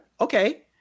Okay